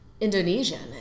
Indonesian